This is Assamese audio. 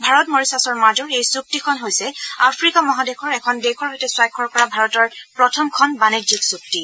ভাৰত মৰিচাচৰ মাজৰ এই চুক্তিখন হৈছে আফ্ৰিকা মহাদেশৰ এখন দেশৰ সৈতে স্বাক্ষৰ কৰা ভাৰতৰ প্ৰথমখন বাণিজ্যিক চুক্তি